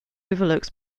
overlooks